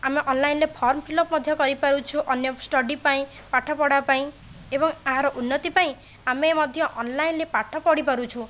ଆମେ ଅନଲାଇନ୍ରେ form fill up ମଧ୍ୟ କରିପାରୁଛୁ ଅନ୍ୟ ଷ୍ଟଡି ପାଇଁ ପାଠପଢ଼ା ପାଇଁ ଏବଂ ଏହାର ଉନ୍ନତି ପାଇଁ ଆମେ ମଧ୍ୟ ଅନଲାଇନ୍ରେ ପାଠ ପଢ଼ିପାରୁଛୁ